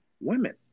Women